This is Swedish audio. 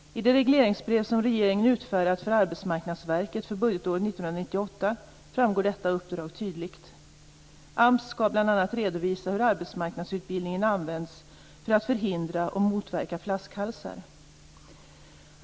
I det regleringsbrev som regeringen utfärdat för Arbetsmarknadsverket för budgetåret 1998 framgår detta uppdrag tydligt. AMS skall bl.a. redovisa hur arbetsmarknadsutbildningen används för att förhindra och motverka flaskhalsar.